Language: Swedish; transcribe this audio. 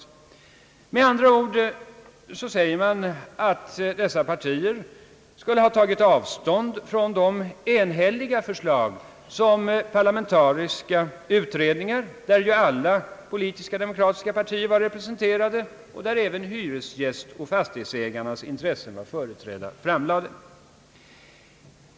Med andra ord, menar regeringen, har dessa partier tagit avstånd från det enhälliga förslag som framlagts av parlamentariska utredningar, där ju alla politisk-demokratiska partier var representerade och där även hyresgästernas och fastighetsägarnas intressen var företrädda.